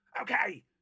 okay